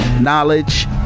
Knowledge